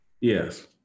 Yes